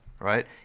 right